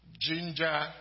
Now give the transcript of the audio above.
ginger